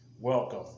welcome